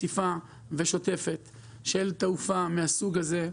רציפה ושוטפת של תעופה מהסוג הזה,